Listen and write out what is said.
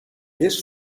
eerst